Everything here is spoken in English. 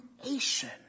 creation